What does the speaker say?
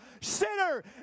sinner